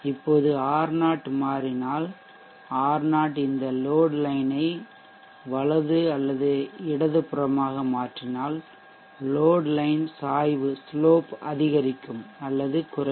இப்போது R0 மாறினால் R0 இந்த லோட் லைன் ஐ வலது அல்லது இடதுபுறமாக மாற்றினால் லோட் லைன் சாய்வு அதிகரிக்கும் அல்லது குறையும்